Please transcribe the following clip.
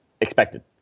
expected